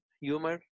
humor